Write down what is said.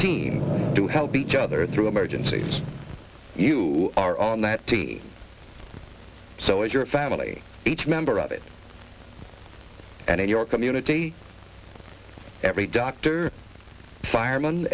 team to help each other through emergencies you are on that team so as your family each member of it and in your community every doctor firem